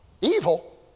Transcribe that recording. Evil